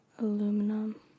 Aluminum